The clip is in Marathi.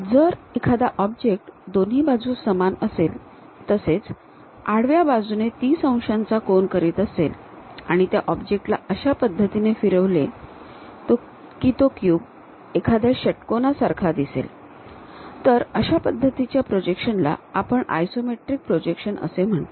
जर एखादा ऑब्जेक्ट दोन्ही बाजूंस समान असेल तसेच आडव्या बाजूने ३० अंशाचा कोन करीत असेल आणि त्या ऑब्जेक्ट ला अशा पद्धतीने फिरवले तो क्यूब एखाद्या षट्कोनासारखा दिसेल तर अशा पद्धतीच्या प्रोजेक्शन ला आपण आयसोमेट्रिक प्रोजेक्शन असे म्हणतो